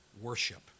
worship